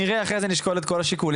נראה אחרי זה ונשקול את כל השיקולים,